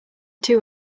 two